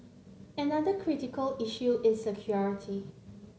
another critical issue is security